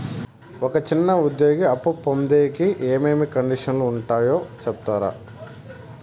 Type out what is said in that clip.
ఒక చిన్న ఉద్యోగి అప్పు పొందేకి ఏమేమి కండిషన్లు ఉంటాయో సెప్తారా?